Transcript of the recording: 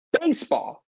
baseball